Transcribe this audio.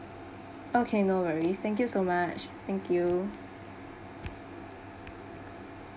okay no worries thank you so much thank you